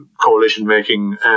coalition-making